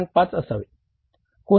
5 असावे